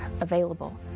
available